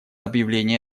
объявление